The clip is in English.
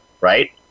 right